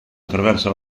attraverso